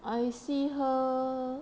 I see her